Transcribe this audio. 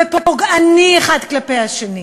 ופוגעני האחד כלפי השני